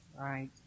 Right